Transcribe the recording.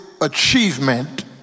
achievement